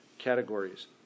categories